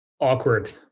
awkward